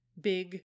big